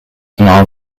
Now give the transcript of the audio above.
and